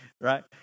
right